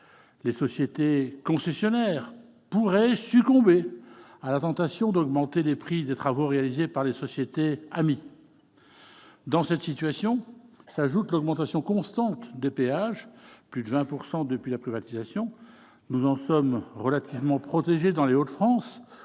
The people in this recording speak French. Les sociétés concessionnaires pourraient succomber à la tentation d'augmenter les prix des travaux réalisés par des sociétés amies ! À cette situation s'ajoute l'augmentation constante des péages - plus de 20 % depuis la privatisation. Nous en sommes relativement protégés dans les Hauts-de-France,